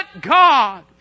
God